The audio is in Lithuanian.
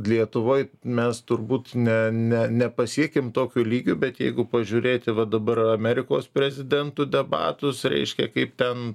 lietuvoj mes turbūt ne ne nepasiekėm tokio lygio bet jeigu pažiūrėti va dabar amerikos prezidentų debatus reiškia kaip ten